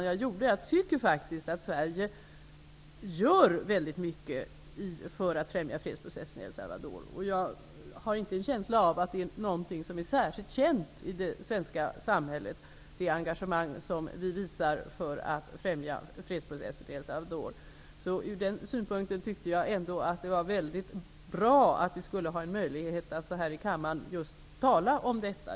Det var därför som jag avslutade interpellationssvaret med ett uttalande. Jag har en känsla av att det inte är något som är särskilt känt i det svenska samhället. Från den synpunkten tyckte jag att det var mycket bra att vi skulle få en möjlighet att här i kammaren tala om detta.